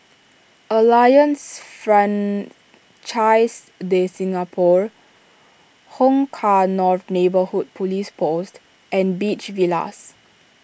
Alliance Francaise De Singapour Hong Kah North Neighbourhood Police Post and Beach Villas